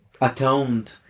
atoned